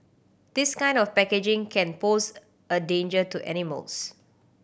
this kind of packaging can pose a danger to animals